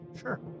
Sure